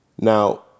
Now